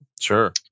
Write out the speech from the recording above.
Sure